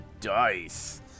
dice